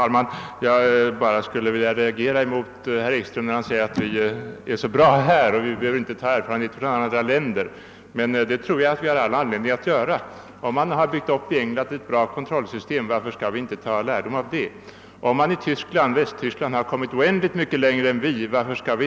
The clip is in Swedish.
Herr talman! Jag vill bara reagera mot herr Ekströms uttalande att allt är så bra ordnat hos oss att vi inte behöver ta del av andra länders erfa renheter. Jag tror att vi har all anledning att göra detta. Om man i England byggt upp ett bra kontrollsystem, varför skall vi inte dra lärdom av det? Och varför skall vi inte studera hur man i Västtyskland behandlat de här frågorna?